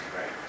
right